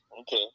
Okay